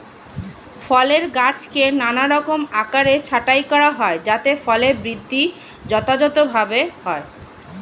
ফলের গাছকে নানারকম আকারে ছাঁটাই করা হয় যাতে ফলের বৃদ্ধি যথাযথভাবে হয়